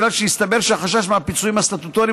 כי הסתבר שהחשש מהפיצויים הסטטוטוריים